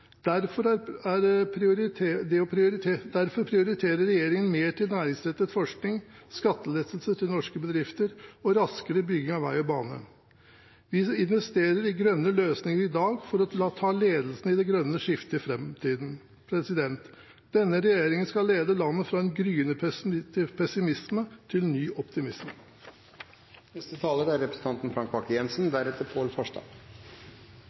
Derfor prioriterer regjeringen mer til næringsrettet forskning, skattelettelser til norske bedrifter og raskere bygging av vei og bane. Vi investerer i grønne løsninger i dag for å ta ledelsen i det grønne skiftet i framtiden. Denne regjeringen skal lede landet – fra en gryende pessimisme til ny optimisme. Det går et skille i næringspolitikken mellom oss og opposisjonen, så også i debatten i dag. Det er